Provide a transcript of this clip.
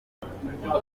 ntabwo